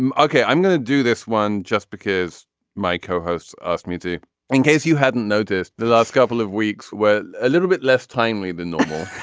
okay i'm going to do this one just because my co-hosts asked me to in case you hadn't noticed the last couple of weeks were a little bit less timely than normal.